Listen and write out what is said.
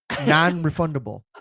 non-refundable